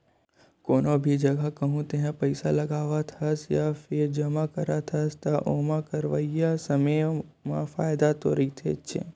कोनो भी जघा कहूँ तेहा पइसा लगावत हस या फेर जमा करत हस, त ओमा अवइया समे म फायदा तो रहिथेच्चे